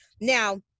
Now